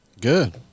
Good